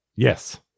Yes